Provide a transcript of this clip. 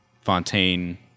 Fontaine